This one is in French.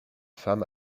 femmes